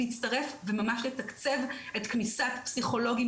להצטרף ולתקצב את כניסת פסיכולוגים